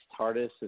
TARDIS